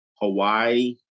hawaii